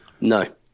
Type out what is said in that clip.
No